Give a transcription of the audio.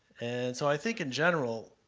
and so i think in general